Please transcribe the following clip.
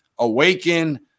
awaken